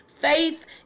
Faith